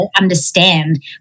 understand